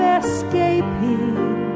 escaping